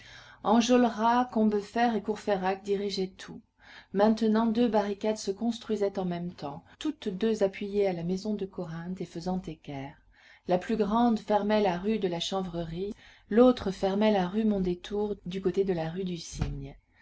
enjolras combeferre et courfeyrac dirigeaient tout maintenant deux barricades se construisaient en même temps toutes deux appuyées à la maison de corinthe et faisant équerre la plus grande fermait la rue de la chanvrerie l'autre fermait la rue mondétour du côté de la rue du cygne